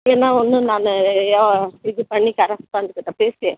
ஏன்னா ஒன்று நான் யோ இது பண்ணி கரஸ்பாண்ட் கிட்டே பேசி